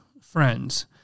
friends